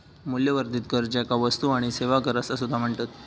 मूल्यवर्धित कर, ज्याका वस्तू आणि सेवा कर असा सुद्धा म्हणतत